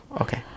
okay